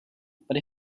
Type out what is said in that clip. but